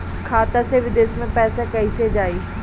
खाता से विदेश मे पैसा कईसे जाई?